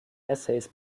essays